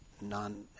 non